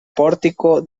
pórtico